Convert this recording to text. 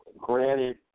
Granted